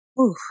Oof